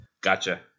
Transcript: Gotcha